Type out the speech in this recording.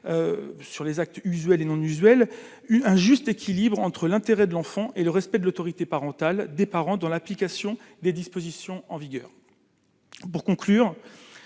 sur les actes usuels et non usuels, eu un juste équilibre entre l'intérêt de l'enfant et le respect de l'autorité parentale des parents dans l'application des dispositions en vigueur pour conclure,